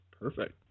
perfect